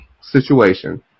situation